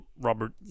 Robert